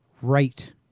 right